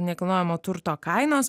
nekilnojamo turto kainos